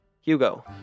Hugo